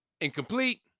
incomplete